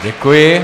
Děkuji.